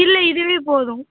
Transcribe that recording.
இல்லை இதுவே போதும்